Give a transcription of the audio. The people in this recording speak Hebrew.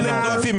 לא מטילים דופי.